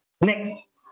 Next